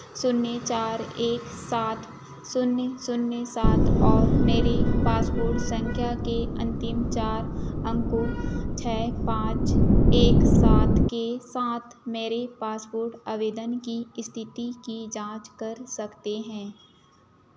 शून्य चार एक सात शून्य शून्य सात और मेरी पासपोर्ट संख्या के अन्तिम चार अंकों छः पाँच एक सात के साथ मेरी पासपोर्ट आवेदन की स्थिति की जांच कर सकते सकते हैं